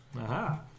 Aha